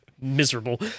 Miserable